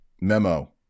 Memo